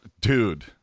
Dude